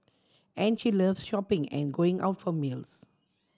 and she loves shopping and going out for meals